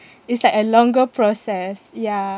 it's like a longer process ya